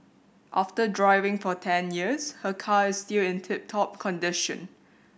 after driving for ten years her car is still in tip top condition